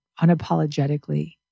unapologetically